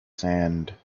sand